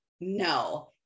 no